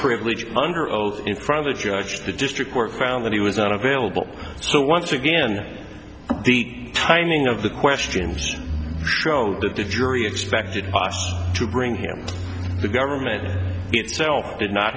privilege under oath in front of the judge the district court found that he was not available so once again the timing of the questions shown that the jury expected us to bring him the government itself did not